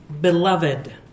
beloved